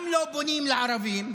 גם לא בונים לערבים,